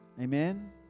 Amen